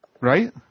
Right